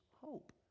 hope